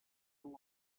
long